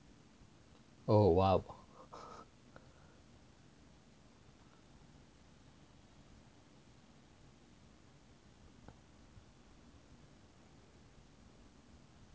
oh !wow!